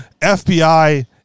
FBI